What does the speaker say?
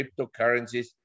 cryptocurrencies